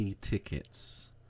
tickets